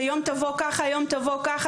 שיום תבוא ככה ויום תבוא כך,